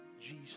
Jesus